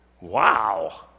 Wow